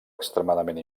extremadament